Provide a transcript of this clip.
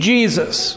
Jesus